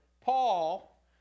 Paul